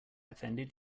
offended